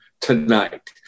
tonight